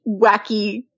wacky